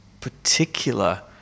particular